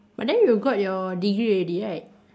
but then you got your degree already right